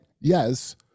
yes